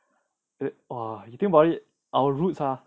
ah you think about it our roots ha